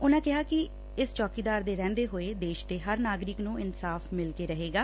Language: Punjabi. ਉਨਾ ਕਿਹਾ ਕਿ ਇਸ ਚੌਕੀਦਾਰ ਦੇ ਰਹਿੰਦੇ ਹੋਏ ਦੇਸ਼ ਦੇ ਹਰ ਨਾਗਰਿਕ ਨੂੰ ਇਨਸਾਫ਼ ਮਿਲ ਕੇ ਰਹੇਗਾ